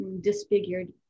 disfigured